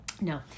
No